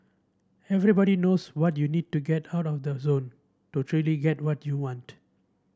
everybody knows what you need to get out of the zone to truly get what you want